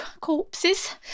corpses